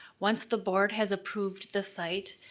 once the board has approved the site,